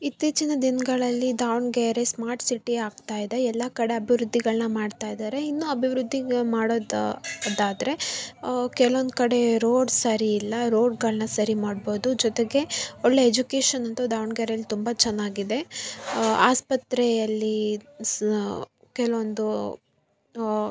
ಇತ್ತೀಚಿನ ದಿನಗಳಲ್ಲಿ Davanagere smart city ಆಗ್ತಾ ಇದೆ ಎಲ್ಲ ಕಡೆ ಅಭಿವೃದ್ಧಿಗಳ್ನ ಮಾಡ್ತಾ ಇದ್ದಾರೆ ಇನ್ನೂ ಅಭಿವೃದ್ಧಿ ಗ ಮ ಮಾಡೋದು ದಾದರೆ ಕೆಲೊಂದು ಕಡೆ ರೋಡ್ ಸರಿ ಇಲ್ಲ ರೋಡ್ಗಳನ್ನ ಸರಿ ಮಾಡ್ಬೋದು ಜೊತೆಗೆ ಒಳ್ಳೆಯ ಎಜುಕೇಶನ್ ಅಂತೂ ದಾವಣ್ಗೆರೇಲಿ ತುಂಬ ಚೆನ್ನಾಗಿದೆ ಆಸ್ಪತ್ರೆಯಲ್ಲಿ ಸ್ ಕೆಲವೊಂದು